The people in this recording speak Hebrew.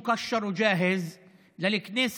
ומדינת הלאום של העם היהודי נמשכת וממשיכה בעוז קדימה.